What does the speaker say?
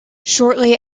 shortly